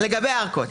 לגבי הארכות.